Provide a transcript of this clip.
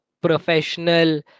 professional